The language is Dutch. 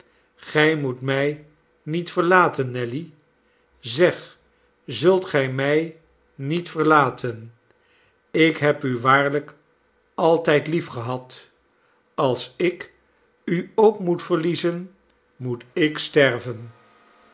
gij moet mij niet verlaten nelly zeg zult gij mij niet verlaten ik heb u waarlijk altijd liefgehad als ik u ook moet verliezen moet ik sterven